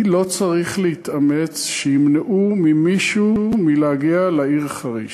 אני לא צריך להתאמץ שימנעו ממישהו להגיע לעיר חריש.